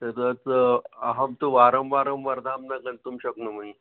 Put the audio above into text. एतद् अहं तु वारं वारं वर्धां न गन्तुं शक्नोमि